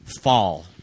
fall